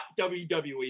WWE